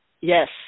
Yes